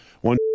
one